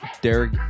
Derek